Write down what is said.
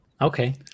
okay